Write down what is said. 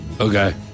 Okay